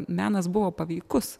menas buvo paveikus